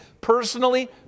Personally